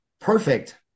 perfect